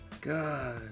god